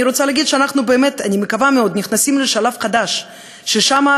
אני מקווה שאנחנו נכנסים לשלב חדש שבו